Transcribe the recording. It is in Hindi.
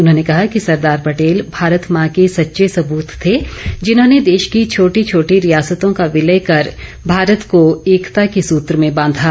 उन्होंने कहाँ कि सरदार पटेल भारत मां के सच्चे सपूत थे जिन्होंने देश की छोटी छोटी रियासतों का विलय कर भारत को एकता के सूत्र में बांधा